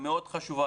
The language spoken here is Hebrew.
והיא מאוד חשובה,